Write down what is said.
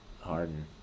harden